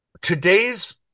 today's